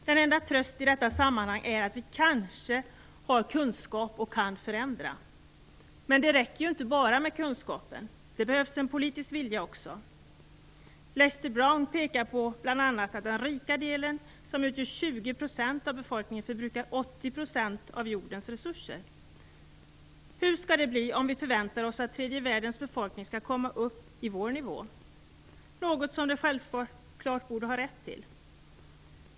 Den enda tröst i detta sammanhang är att vi kanske har kunskap och att vi kan förändra. Men det räcker inte med bara kunskap. Det behövs en politisk vilja också. Lester Brown pekar bl.a. på att den rika delen, som utgör 20 % av befolkningen, förbrukar 80 % av jordens resurser. Hur skall det bli om vi förväntar oss att tredje världens befolkning skall komma upp till vår nivå? Det är något som de självfallet borde ha rätt till.